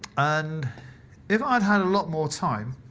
and if i'd had a lot more time